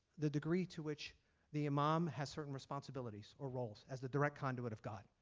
the degree to which the imam has certain responsibilities or roles as the direct conduit of god.